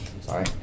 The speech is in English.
Sorry